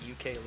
UK